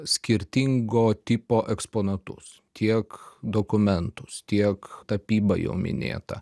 skirtingo tipo eksponatus tiek dokumentus tiek tapybą jau minėtą